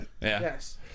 Yes